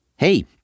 Hey